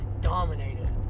dominated